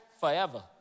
forever